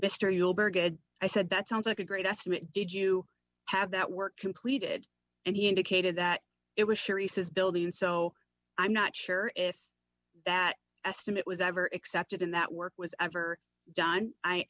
good i said that sounds like a great estimate did you have that work completed and he indicated that it was sure he says building so i'm not sure if that estimate was ever accepted in that work was ever done i